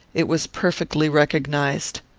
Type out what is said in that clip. it was perfectly recognised.